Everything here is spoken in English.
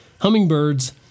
Hummingbirds